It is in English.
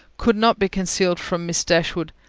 could not be concealed from miss dashwood,